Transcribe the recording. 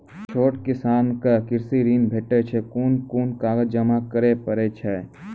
छोट किसानक कृषि ॠण भेटै छै? कून कून कागज जमा करे पड़े छै?